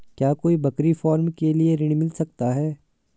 क्या कोई बकरी फार्म के लिए ऋण मिल सकता है?